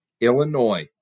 Illinois